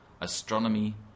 Astronomy